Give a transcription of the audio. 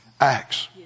Acts